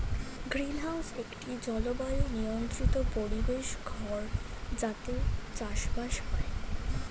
greenhouse একটি জলবায়ু নিয়ন্ত্রিত পরিবেশ ঘর যাতে চাষবাস হয়